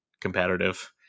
competitive